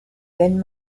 wenn